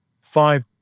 five